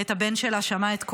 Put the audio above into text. את הבן שלה ושמעה את קולו.